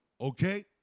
okay